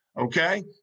okay